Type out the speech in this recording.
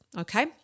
Okay